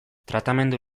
tratamendu